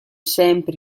sempre